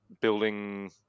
building